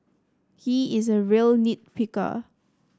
he is a real nit picker